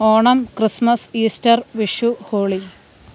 Onam Christmas Easter Vishu holy